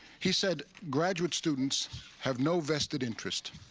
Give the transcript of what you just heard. he said, graduate students have no vested interest.